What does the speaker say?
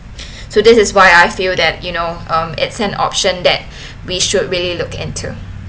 so this is why I feel that you know um it's an option that we should really look into